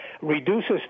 reduces